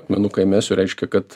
akmenuką įmesiu reiškia kad